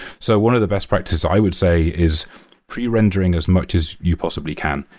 so one of the best practices i would say is pre-rendering as much as you possibly can.